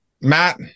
matt